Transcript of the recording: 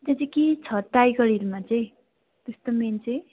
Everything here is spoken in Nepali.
त्यहाँ चाहिँ के छ टाइगर हिलमा चाहिँ त्यस्तो मेन चाहिँ